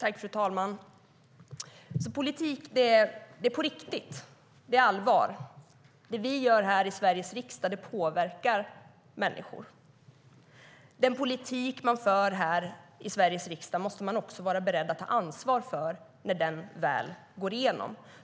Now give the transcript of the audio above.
Fru talman! Politik är på riktigt. Det är allvar. Det vi gör i Sveriges riksdag påverkar människor. Den politik man för i Sveriges riksdag måste man också vara beredd att ta ansvar för när den väl går igenom.